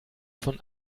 von